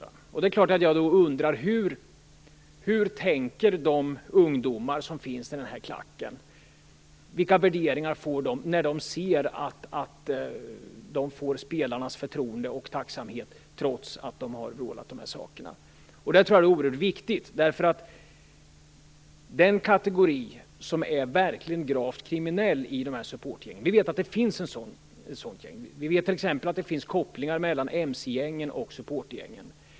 Det här gör naturligtvis att jag undrar hur ungdomarna i hejarklacken tänker, vilka värderingar de får, när de ser att de får spelarnas förtroende och tacksamhet trots att de har vrålat de här sakerna. Jag tror att den här frågan är oerhört viktig. Vi vet att det i de här supportergängen finns en kategori som verkligen är gravt kriminell. Vi vet t.ex. att det finns kopplingar mellan mc-gängen och supportergängen.